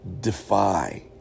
defy